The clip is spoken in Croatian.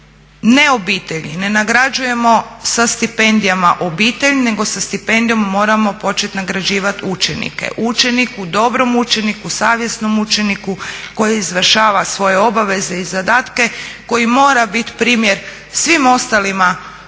ne obitelji, ne nagrađujemo sa stipendijama obitelj nego sa stipendijom moramo početi nagrađivati učenike. Učeniku, dobrom učeniku, savjesnom učeniku koji izvršava svoje obaveze i zadatke, koji mora biti primjer svim ostalima u